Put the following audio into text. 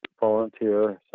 volunteer